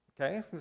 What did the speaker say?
Okay